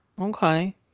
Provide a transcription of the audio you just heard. Okay